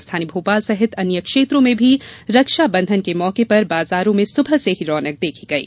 राजधानी भोपाल सहित अन्य क्षेत्रों में भी रक्षा बंधन के मौके पर बाजारों में सुबह से ही रौनक देखी गयी